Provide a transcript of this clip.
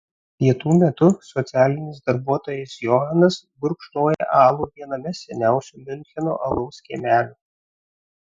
pietų metu socialinis darbuotojas johanas gurkšnoja alų viename seniausių miuncheno alaus kiemelių